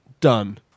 done